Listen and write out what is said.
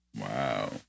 Wow